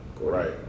right